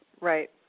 right